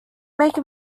make